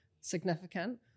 significant